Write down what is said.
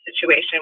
situation